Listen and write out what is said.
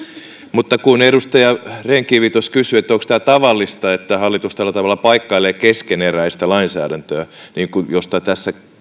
mutta kun edustaja rehn kivi tuossa kysyi onko tämä tavallista että hallitus tällä tavalla paikkailee keskeneräistä lainsäädäntöä mistä tässä